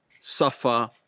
suffer